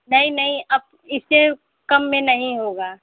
नहीं नहीं अब इससे कम में नहीं होगा